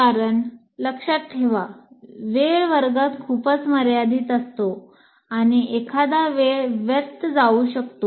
कारण लक्षात ठेवा वेळ वर्गात खूपच मर्यादित असतो आणि एखादा वेळ व्यर्थ जाऊ शकतो